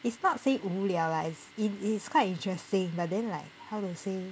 it's not say 无聊 lah it's it's quite interesting but then like how to say